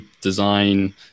design